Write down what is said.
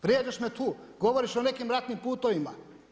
Vrijeđaš me tu, govoriš o nekim ratnim putovima.